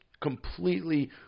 completely